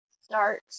start